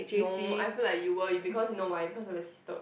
no I feel like you will because you know why because of the sister